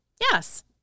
Yes